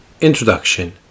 Introduction